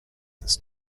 this